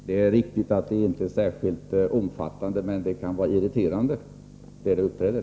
Herr talman! Det är riktigt att problemet inte är särskilt omfattande, men det kan vara irriterande där det uppträder.